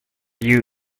you